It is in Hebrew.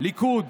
הליכוד